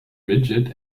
rigid